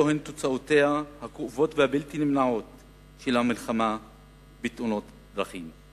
אלו הן תוצאותיה הכאובות והבלתי-נמנעות של המלחמה בתאונות הדרכים.